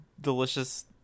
delicious